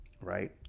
Right